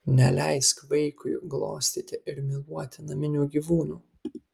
neleisk vaikui glostyti ir myluoti naminių gyvūnų